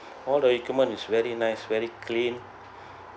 all the equipment is very nice very clean